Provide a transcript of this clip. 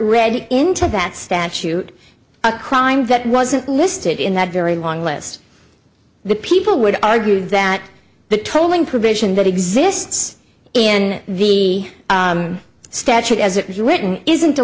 read into that statute a crime that wasn't listed in that very long list the people would argue that the tolling provision that exists in the statute as it was written isn't